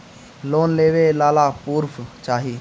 Loan लेवे ला का पुर्फ चाही?